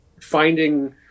finding